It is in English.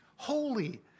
holy